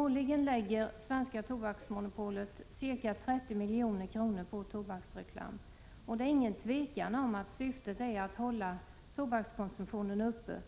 Årligen lägger Tobaksbolaget ned ca 30 milj.kr. på tobaksreklam, och det är inget tvivel om att syftet är att hålla tobakskonsumtionen uppe.